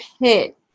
hit